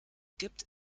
gibt